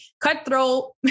cutthroat